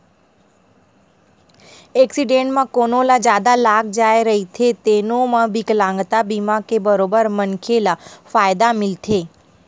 accident म कोनो ल जादा लाग जाए रहिथे तेनो म बिकलांगता बीमा के बरोबर मनखे ल फायदा मिलथे